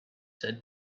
said